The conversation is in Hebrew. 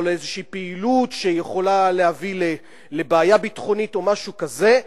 לאיזו פעילות שיכולה להביא לבעיה ביטחונית או משהו כזה,